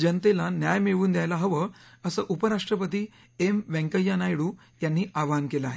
जनतेला न्याय मिळवून द्यायला हवं असं उपराष्ट्रपती एम बैंकय्या नायडू यांनी आवाहन केलं आहे